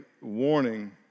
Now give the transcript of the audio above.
warning